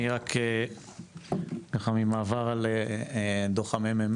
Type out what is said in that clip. תוך מעבר על דוח מרכז המחקר והמידע,